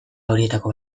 horietako